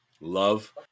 love